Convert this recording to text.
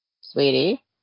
Sweetie